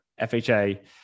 FHA